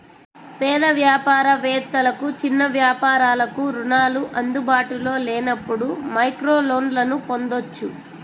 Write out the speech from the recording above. పేద వ్యాపార వేత్తలకు, చిన్న వ్యాపారాలకు రుణాలు అందుబాటులో లేనప్పుడు మైక్రోలోన్లను పొందొచ్చు